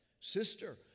Sister